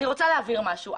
אני רוצה להעביר משהו.